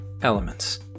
elements